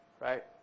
right